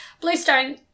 Bluestone